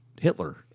Hitler